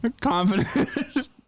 confident